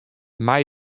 mei